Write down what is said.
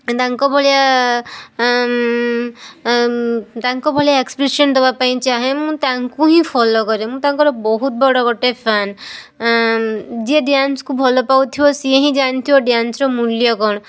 ତାଙ୍କ ଭଳିଆ ତାଙ୍କ ଭଳିଆ ଏକ୍ସପ୍ରେସନ୍ ଦେବା ପାଇଁ ଚାହେଁ ମୁଁ ତାଙ୍କୁ ହିଁ ଫଲୋ କରେ ମୁଁ ତାଙ୍କର ବହୁତ ବଡ଼ ଗୋଟେ ଫ୍ୟାନ୍ ଯିଏ ଡ୍ୟାନ୍ସକୁ ଭଲ ପାଉଥିବ ସିଏ ହିଁ ଜାଣିଥିବ ଡ୍ୟାନ୍ସର ମୂଲ୍ୟ କ'ଣ